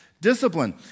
discipline